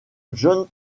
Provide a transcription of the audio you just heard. jon